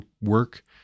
work